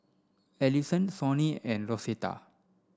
Ellison Sonny and Rosetta